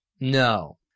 No